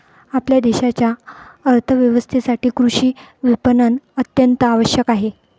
आपल्या देशाच्या अर्थ व्यवस्थेसाठी कृषी विपणन अत्यंत आवश्यक आहे